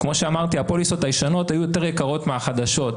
כמו שאמרתי הפוליסות הישנות היו יותר יקרות מהחדשות,